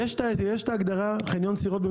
יש במשרד התכנון את ההגדרה "חניון סירות"?